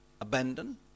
abandon